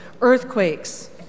earthquakes